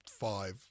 five